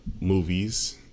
movies